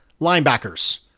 linebackers